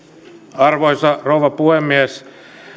arvoisa rouva puhemies